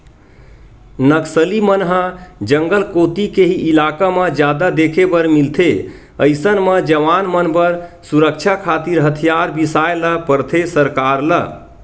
नक्सली मन ह जंगल कोती के ही इलाका म जादा देखे बर मिलथे अइसन म जवान मन बर सुरक्छा खातिर हथियार बिसाय ल परथे सरकार ल